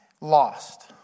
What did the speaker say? lost